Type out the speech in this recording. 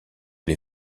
les